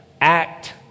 act